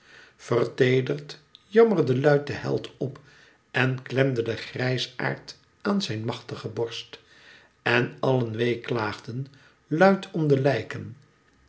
verteederd jammerde luid de held op en klemde den grijsaard aan zijn machtige borst en allen weeklaagden luid om de lijken